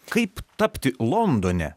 kaip tapti londone